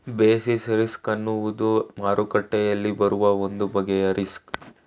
basis risk ಅನ್ನುವುದು ಮಾರುಕಟ್ಟೆಯಲ್ಲಿ ಬರುವ ಒಂದು ಬಗೆಯ ರಿಸ್ಕ್